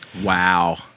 Wow